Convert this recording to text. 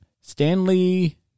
Stanley